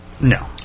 No